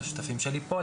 לשותפים שלי פה,